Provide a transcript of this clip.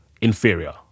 inferior